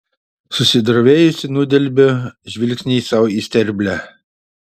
susidrovėjusi nudelbiu žvilgsnį sau į sterblę